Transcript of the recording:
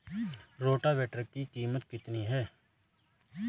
Rotavator की कीमत कितनी है?